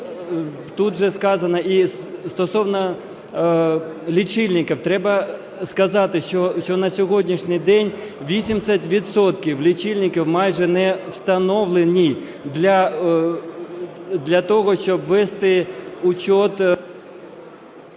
тут вже сказано і стосовно лічильників. Треба сказати, що на сьогоднішній день 80 відсотків лічильників майже не встановлені для того, щоб вести учет...